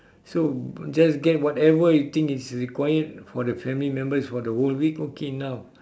so just get whatever you think is required for the family members for the whole week okay enough